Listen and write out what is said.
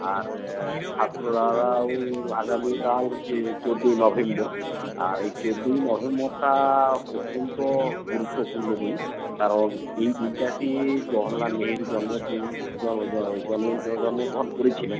আর ছাত্ররাও আগামীকাল হচ্ছে চোদ্দোই নভেম্বর আর এই চোদ্দোই নভেম্বরটা অত্যন্ত গুরুত্বপূর্ণ দিন কারণ এই দিনটাতে জওহর লাল নেহেরু জন্মদিন জ জ এই জন্ম জন্মগ্রহণ করেছিলেন